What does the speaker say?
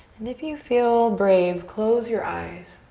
and if you feel brave, close your eyes.